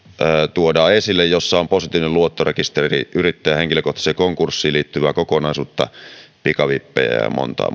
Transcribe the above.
tuodaan esille kokonaisuus jossa on positiivinen luottorekisteri yrittäjän henkilökohtaiseen konkurssiin liittyvää kokonaisuutta pikavippejä ja monta